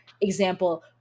example